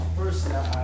first